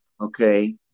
okay